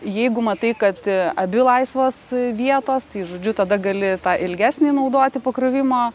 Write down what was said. jeigu matai kad abi laisvos vietos tai žodžiu tada gali tą ilgesnį naudoti pakrovimo